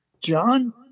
John